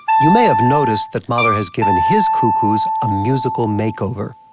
you may have noticed that mahler has given his cuckoos a musical makeover,